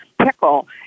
pickle